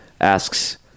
asks